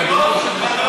במזוודות?